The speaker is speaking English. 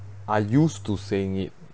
are used to saying it